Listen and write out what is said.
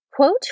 Quote